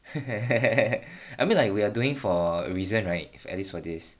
I mean like we are doing for reason right if at least for this